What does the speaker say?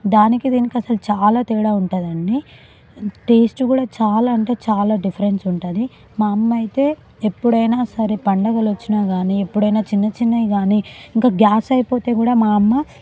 దానికి దీనికి అసలు చాలా తేడా ఉంటుంది అండి టేస్ట్ కూడా చాలా అంటే చాలా డిఫరెన్స్ ఉంటుంది మా అమ్మ అయితే ఎప్పుడైనా సరే పండుగలు వచ్చినా కానీ ఎప్పుడైనా చిన్న చిన్నవి కానీ ఇంకా గ్యాస్ అయిపోతే కూడా మా అమ్మ